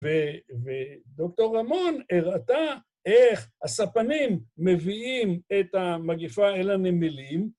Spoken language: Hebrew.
ודוקטור רמון הראתה איך הספנים מביאים את המגיפה אל הנמלים